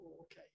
okay